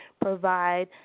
provide